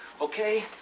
Okay